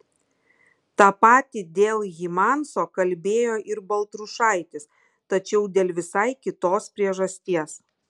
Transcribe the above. tą patį dėl hymanso kalbėjo ir baltrušaitis tačiau dėl visai kitos priežasties